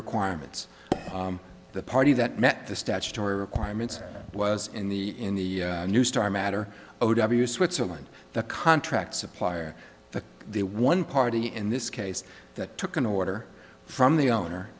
requirements the party that met the statutory requirements was in the in the new star matter o w switzerland the contract supplier the the one party in this case that took an order from the owner